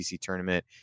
tournament